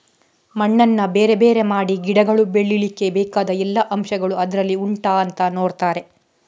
ಮಣ್ಣನ್ನ ಬೇರೆ ಬೇರೆ ಮಾಡಿ ಗಿಡಗಳು ಬೆಳೀಲಿಕ್ಕೆ ಬೇಕಾದ ಎಲ್ಲಾ ಅಂಶಗಳು ಅದ್ರಲ್ಲಿ ಉಂಟಾ ಅಂತ ನೋಡ್ತಾರೆ